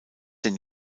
denn